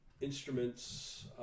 instruments